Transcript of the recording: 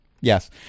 Yes